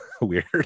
weird